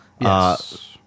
Yes